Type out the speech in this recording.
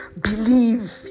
believe